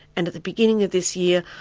and at the beginning of this year,